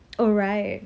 oh right